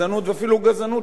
בהרבה מאוד ביטויים.